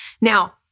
Now